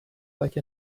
like